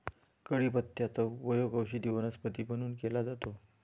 कढीपत्त्याचा उपयोग औषधी वनस्पती म्हणून केला जातो